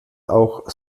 auch